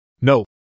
No